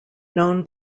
known